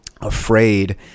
afraid